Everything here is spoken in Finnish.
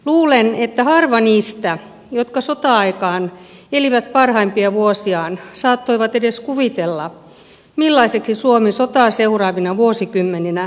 luulen että harva niistä jotka sota aikaan elivät parhaimpia vuosiaan saattoi edes kuvitella millaiseksi suomi sotaa seuraavina vuosikymmeninä kehittyisi